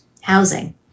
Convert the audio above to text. housing